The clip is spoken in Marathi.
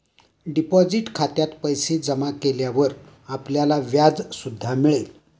डिपॉझिट खात्यात पैसे जमा केल्यावर आपल्याला व्याज सुद्धा मिळेल